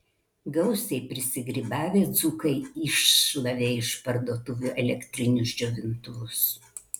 gausiai prisigrybavę dzūkai iššlavė iš parduotuvių elektrinius džiovintuvus